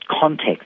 context